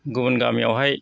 गुबुन गामियावहाय